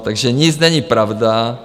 Takže nic není pravda.